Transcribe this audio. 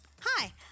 Hi